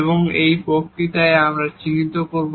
এবং এখন এই বক্তৃতায় আমরা চিহ্নিত করব